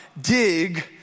dig